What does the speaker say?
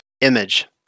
image